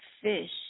fish